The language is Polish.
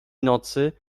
nocy